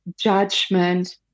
judgment